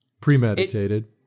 premeditated